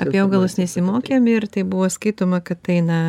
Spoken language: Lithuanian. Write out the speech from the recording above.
apie augalus nesimokėm ir tai buvo skaitoma kad tai na